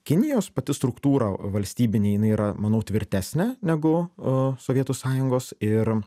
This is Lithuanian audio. kinijos pati struktūra valstybinė jinai yra manau tvirtesnė negu a sovietų sąjungos ir